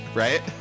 right